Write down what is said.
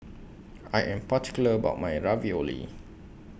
I Am particular about My Ravioli